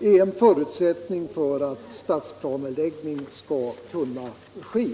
är en förutsättning för att stadsplaneläggning skall kunna ske.